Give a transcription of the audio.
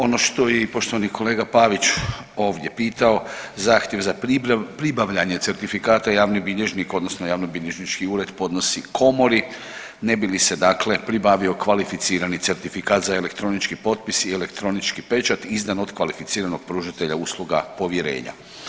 Ono što je i poštovani kolega Pavić ovdje pitao zahtjev za pribavljanje certifikata javni bilježnik odnosno javnobilježnički ured podnosi komori ne bi li se dakle pribavio kvalificirani certifikat za elektronički potpis i elektronički pečat izdan od kvalificiranog pružatelja usluga povjerenja.